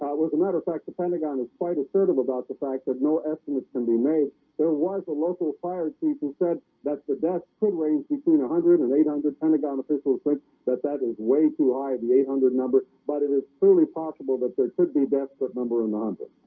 was a matter of fact the pentagon is quite assertive about the fact that no estimates can be made there was a local fire chief who said that the deaths could range between one hundred and eight hundred pentagon officials say like that that is way too high the eight hundred number but it is clearly possible that there could be desperate number anandi